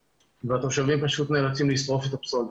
והתושבים פשוט נאלצים לשרוף את הפסולת.